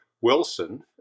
Wilson